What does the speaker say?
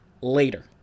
later